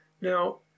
Now